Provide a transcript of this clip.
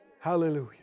Hallelujah